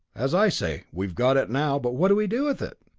as i say we've got it, now but what do we do with it?